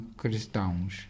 cristãos